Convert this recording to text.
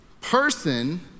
person